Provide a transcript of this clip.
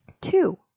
Two